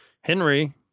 Henry